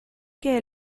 que